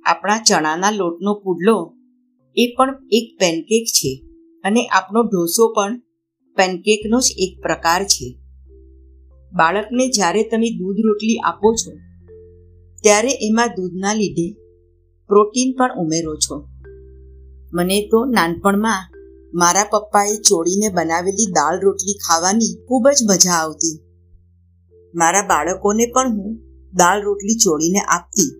આપણા ચણાના લોટનો પુડલો, એ પણ એક pancake છે, અને આપનો ઢોસો પણ pancakeનો જ એક પ્રકાર છે. બાળકને જ્યારે તમે દૂધ રોટલી આપો છો, ત્યારે એમાં દૂધના લીધે પ્રોટીન પણ ઉમેરો છો. મને તો નાનપણમાં મારા પપ્પાએ ચોળીને બનાવેલી દાળ રોટલી ખાવાની ખૂબ જ મજા આવતી. મારા બાળકોને પણ હું દાળ રોટલી ચોળીને આપતી.